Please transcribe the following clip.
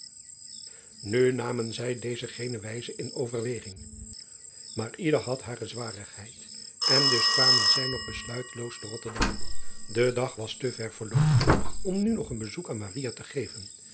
u namen zij deze gene wijze in overweging maar ieder had hare zwarigheid en dus kwamen zij nog besluiteloos te otterdam e dag was te ver verloopen om nu nog een bezoek aan te geven